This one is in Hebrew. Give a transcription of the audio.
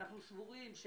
אנחנו סבורים.